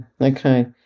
Okay